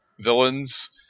villains